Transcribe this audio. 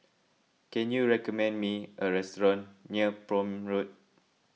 can you recommend me a restaurant near Prome Road